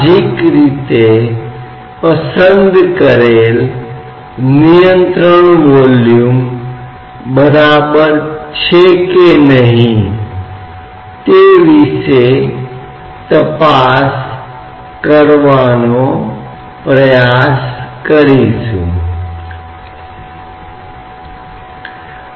हम ऐसे उदाहरण देखेंगे जहां तरल पदार्थ की कठोर निकाय गति बहुत दिलचस्प होगी जैसे कि आप कठोर निकाय की तरह द्रव तत्व का रोटेशन कर सकते हैं और हम देखेंगे कि यह किस तरह की स्थिति बनाता है